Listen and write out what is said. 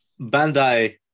bandai